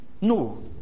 No